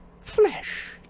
Flesh